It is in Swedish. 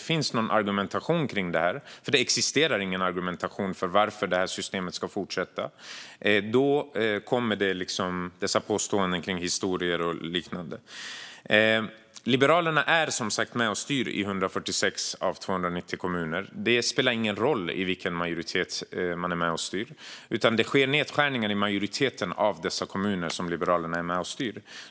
Det existerar ingen argumentation för att det här systemet ska fortsätta, och då kommer dessa påståenden kring historia och liknande. Liberalerna är som sagt med och styr i 146 av 290 kommuner. Det spelar ingen roll i vilken majoritet man är med och styr, utan det sker nedskärningar i majoriteten av de kommuner där Liberalerna är med och styr.